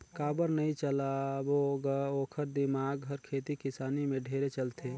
काबर नई चलबो ग ओखर दिमाक हर खेती किसानी में ढेरे चलथे